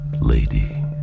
lady